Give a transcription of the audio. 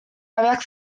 gabeak